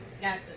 Gotcha